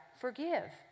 forgive